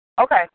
Okay